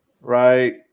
right